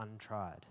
untried